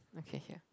okay here